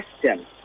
question